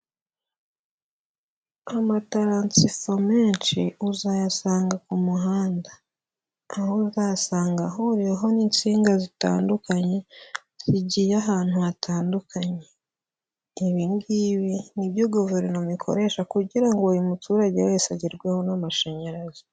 Amataransifo menshi uzayasanga ku muhanda, aho uzasanga ahuriweho n'insinga zitandukanye, zigiye ahantu hatandukanye, ibi ngibi nibyo guverinoma ikoresha kugira ngo buri muturage wese agerweho n'amashanyarazi.